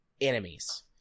enemies